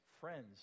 friends